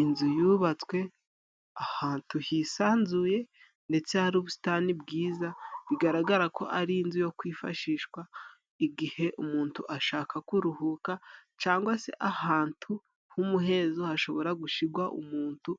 Inzu yubatswe ahantu hisanzuye ndetse hari ubusitani bwiza, bigaragara ko ari inzu yo kwifashishwa igihe umuntu ashaka kuruhuka, cyangwa se ahantu h'umuhezo hashobora gushyirwa umuntu